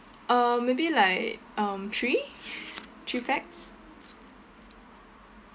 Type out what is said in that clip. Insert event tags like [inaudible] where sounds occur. uh maybe like um three [breath] three packs